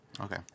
Okay